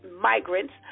migrants